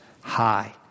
High